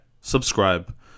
subscribe